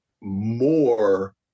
more